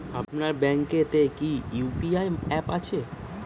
আপনার ব্যাঙ্ক এ তে কি ইউ.পি.আই অ্যাপ আছে?